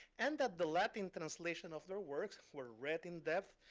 and that the latin translation of their works were read in-depth,